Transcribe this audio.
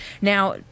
now